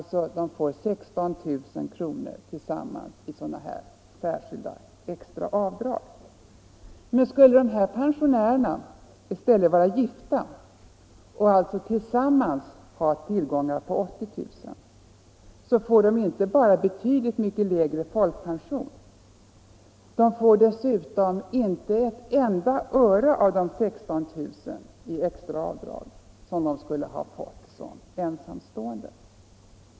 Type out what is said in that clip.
De får alltså tillsammans 16 000 kr. i extra avdrag. Skulle dessa pensionärer i stället vara gifta och alltså tillsammans ha tillgångar på 80 000 kr. får de inte bara betydligt lägre folkpension, de får dessutom inte ett enda öre av de 16 000 kr. i extra avdrag som de skulle ha fått som ensamstående.